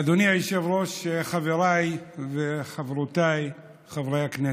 אדוני היושב-ראש, חבריי וחברותיי חברי הכנסת,